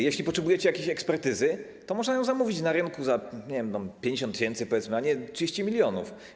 Jeśli potrzebujecie jakiejś ekspertyzy, to można ją zamówić na rynku za, nie wiem, 50 tys., powiedzmy, a nie 30 mln.